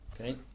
Okay